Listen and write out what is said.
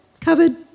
covered